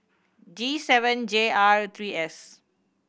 G seven J R three S